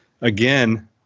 again